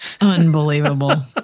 Unbelievable